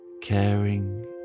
caring